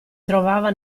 trovava